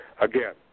Again